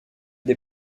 des